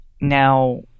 Now